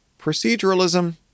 Proceduralism